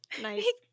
Nice